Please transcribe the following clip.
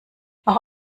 auch